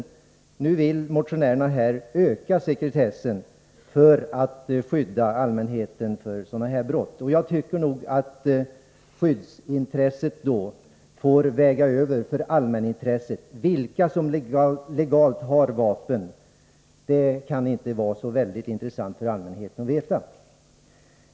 I detta fall vill motionärerna öka sekretessen för att skydda allmänheten mot dessa brott. Jag tycker att skyddsintresset måste få väga över allmänintresset. Det kan inte vara speciellt intressant för allmänheten att veta vilka som legalt har vapen.